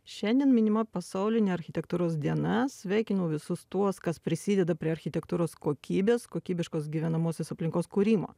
šiandien minima pasaulinė architektūros diena sveikinu visus tuos kas prisideda prie architektūros kokybės kokybiškos gyvenamosios aplinkos kūrimo